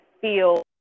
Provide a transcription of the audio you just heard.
feel